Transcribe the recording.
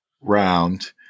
round